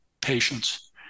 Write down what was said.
patients